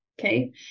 Okay